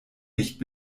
nicht